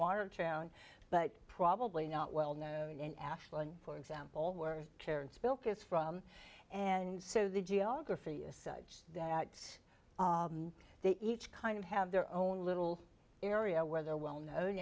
watertown but probably not well known in ashland for example where terrence bilk is from and so the geography is such that they each kind of have their own little area where they're well known